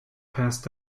passed